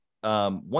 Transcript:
one